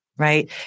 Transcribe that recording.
right